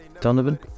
Donovan